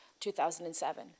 2007